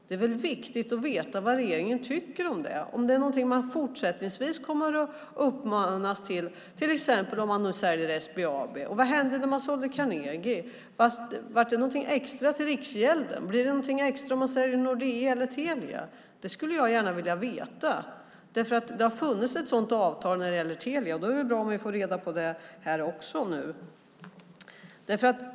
Det är viktigt att veta vad regeringen tycker om det. Är det någonting man fortsättningsvis kommer att uppmana till, till exempel om man nu säljer SBAB? Och vad hände när man sålde Carnegie? Blev det någonting extra till Riksgälden? Blir det någonting extra om man säljer Nordea eller Telia? Det skulle jag gärna vilja veta därför att det har funnits ett sådant avtal när det gäller Telia. Då är det bra om vi får reda på det nu.